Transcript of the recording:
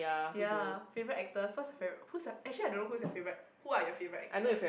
ya favourite actors what is your favourite who is your actually I don't know who is your favourite who are your favourite actors